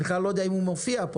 אני לא יודע אם הוא בכלל מופיע פה